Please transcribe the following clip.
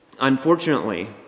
Unfortunately